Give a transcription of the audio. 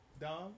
Dom